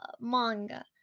manga